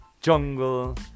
Jungle